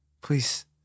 please